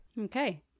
Okay